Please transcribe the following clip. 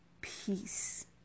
peace